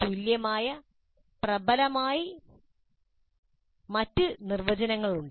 തുല്യമായി പ്രബലമായ മറ്റ് നിർവചനങ്ങളുണ്ട്